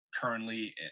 currently